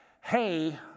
hey